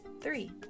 Three